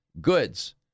goods